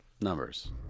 Numbers